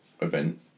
event